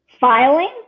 filing